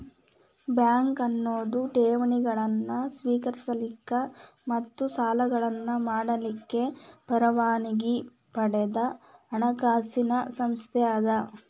bank ಅನ್ನೊದು ಠೇವಣಿಗಳನ್ನ ಸ್ವೇಕರಿಸಲಿಕ್ಕ ಮತ್ತ ಸಾಲಗಳನ್ನ ಮಾಡಲಿಕ್ಕೆ ಪರವಾನಗಿ ಪಡದ ಹಣಕಾಸಿನ್ ಸಂಸ್ಥೆ ಅದ